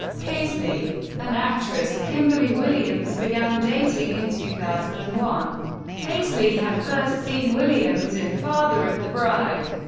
paisley and actress kimberly williams began dating in two thousand and one paisley had first seen williams in father of the bride.